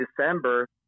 December